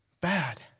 bad